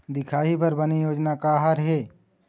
दिखाही बर बने योजना का हर हे?